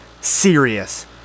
serious